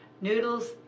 noodles